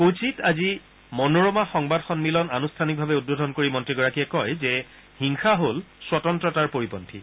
কোচিত আজি মনোৰমা সংবাদ সন্মিলন আনুষ্ঠানিকভাৱে উদ্বোধন কৰি মন্ত্ৰীগৰাকীয়ে কয় যে হিংসা হল স্বতন্তাৰ পৰিপন্থী